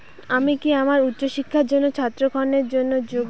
আমি কি আমার উচ্চ শিক্ষার জন্য ছাত্র ঋণের জন্য যোগ্য?